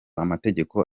amategeko